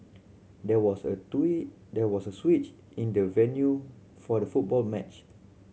there was a three there was a switch in the venue for the football match